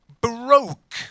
broke